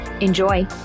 Enjoy